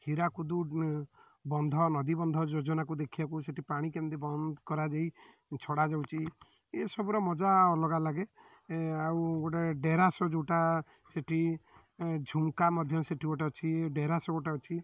ହୀରାକୁଦ ବନ୍ଧ ନଦୀବନ୍ଧ ଯୋଜନାକୁ ଦେଖିବାକୁ ସେଠି ପାଣି କେମିତି ବନ୍ଦ କରାଯାଇ ଛଡ଼ାଯାଉଛି ଏସବୁର ମଜ୍ଜା ଅଲଗା ଲାଗେ ଆଉ ଗୋଟେ ଡ଼େରାସ୍ ଯେଉଁଟା ସେଠି ଝୁମ୍କା ମଧ୍ୟ ସେଠି ଗୋଟେ ଅଛି ଡ଼େରାସ ଗୋଟେ ଅଛି